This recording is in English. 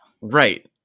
right